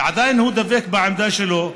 עדיין הוא דבק בעמדה שלו,